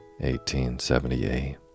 1878